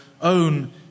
own